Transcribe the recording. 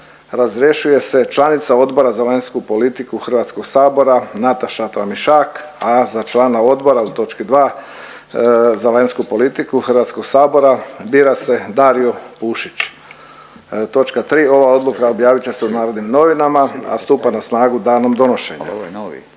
razrješuje se članica Odbora za vanjsku politiku Hrvatskog sabora Nataša Tramišak, a za člana odbora u točki 2. za vanjsku politiku Hrvatskog sabora bira se Dario Pušić. Točka 3. Ova odluka objavit će se u Narodnim novinama, a stupa na snagu danom donošenja.